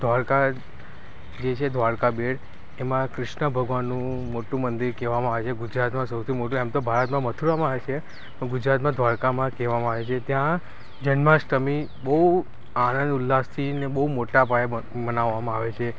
દ્વારકા જે છે દ્વારકા બેટ એમાં કૃષ્ણ ભગવાનનું મોટું મંદિર કહેવામાં આવે છે ગુજરાતનું સૌથી મોટું એમ તો ભારતમાં મથુરામાં છે ગુજરાતમાં દ્વારકામાં કહેવામાં આવે છે ત્યાં જન્માષ્ટમી બહુ આનંદ ઉલ્લાસથી અને બહુ મોટા પાયે મનાવવામાં આવે છે